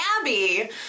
Abby